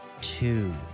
two